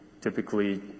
typically